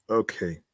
okay